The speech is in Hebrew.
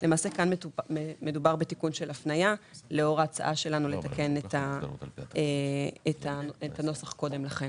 כאן מדובר בתיקון של הפניה לאור ההצעה שלנו לתקן את הנוסח קודם לכן.